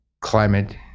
climate